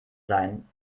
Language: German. sein